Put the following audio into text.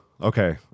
okay